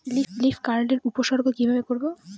Leaf curl এর উপসর্গ কিভাবে করব?